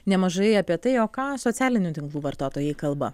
nemažai apie tai o ką socialinių tinklų vartotojai kalba